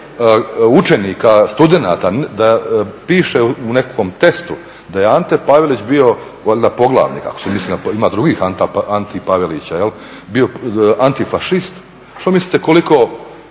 učenika, studenata piše u nekakvom testu da je Ante Pavelić bio valjda poglavnik, ako se misli, ima drugih Anti Pavelića jel', bio antifašist. Što mislite koliko,